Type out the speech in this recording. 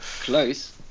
Close